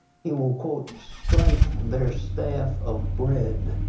he will, quote, strike their staff of bread.